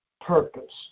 purpose